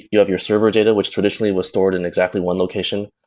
you have your server data which traditionally was stored in exactly one location,